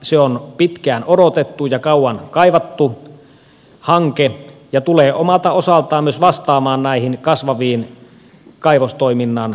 se on pitkään odotettu ja kauan kaivattu hanke ja tulee omalta osaltaan myös vastaamaan kasvavaan kaivostoiminnan liikenteeseen